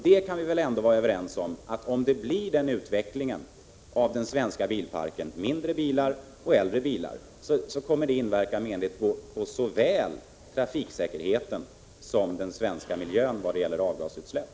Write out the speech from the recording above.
Vi kan väl ändå vara överens om att en utveckling av den svenska bilparken mot mindre och äldre bilar kommer att inverka menligt på såväl trafiksäkerheten som den svenska miljön såvitt gäller avgasutsläpp.